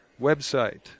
Website